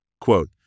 Quote